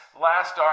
last